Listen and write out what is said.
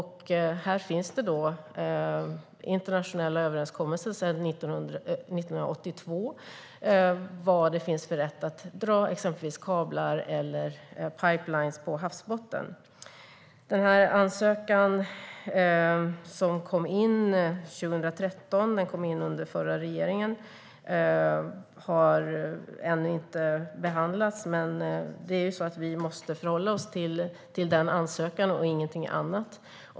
Här finns det också internationella överenskommelser sedan 1982 om rätten att dra kablar eller pipelines på havsbotten. Den ansökan som kom in 2013, under den förra regeringen, har ännu inte behandlats, men vi måste förhålla oss till den och ingenting annat.